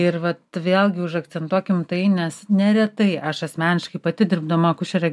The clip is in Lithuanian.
ir vat vėlgi užakcentuokim tai nes neretai aš asmeniškai pati dirbdama akušere